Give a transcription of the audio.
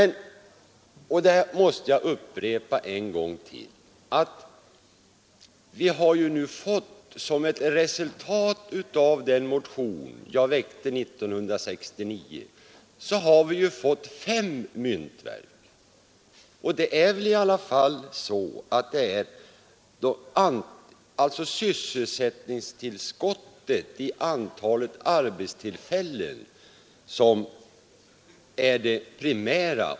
Jag måste upprepa en gång till att vi som ett resultat av den motion jag väckte 1969 har fått en utökning av antalet arbetstillfällen som motsvarar fem myntverk, och det är väl i alla fall sysselsättningstillskottet, antalet arbetstillfällen, som är det primära.